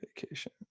Vacation